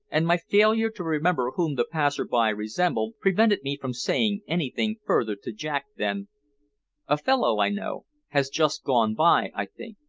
and my failure to remember whom the passer-by resembled prevented me from saying anything further to jack than a fellow i know has just gone by, i think.